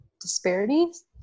disparities